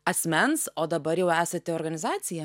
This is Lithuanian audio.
asmens o dabar jau esate organizacija